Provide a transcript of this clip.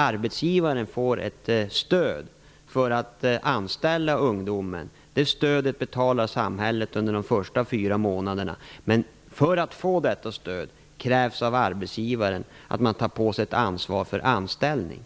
Arbetsgivaren får ett stöd för att anställa ungdomar. Det stödet betalas av samhället under de första fyra månaderna. Men för att få detta stöd krävs av arbetsgivaren att man tar på sig ett ansvar för anställning.